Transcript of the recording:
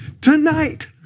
tonight